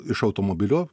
iš automobilio